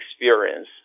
experience